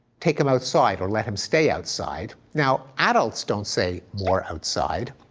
take them outside or let them stay outside. now, adults don't say, more outside.